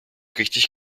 richtig